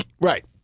Right